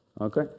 Okay